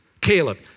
Caleb